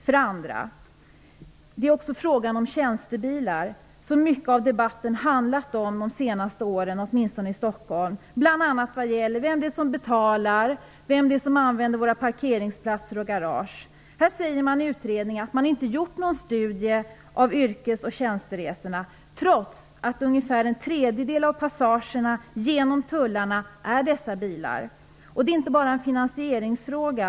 För det andra: Det är också frågan om tjänstebilar som mycket av debatten handlat om under de senaste åren, åtminstone i Stockholm, bl.a. vad gäller vem det är som betalar och vem det är som använder våra parkeringsplatser och garage. Här sägs det i utredningen att man inte gjort någon studie av yrkes och tjänsteresorna, trots att ungefär en tredjedel av passagerna genom tullarna är dessa bilar. Det är heller inte bara en finansieringsfråga.